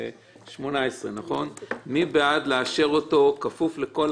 2018. מי בעד לאשר אותה בכפוף לכל